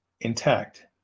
intact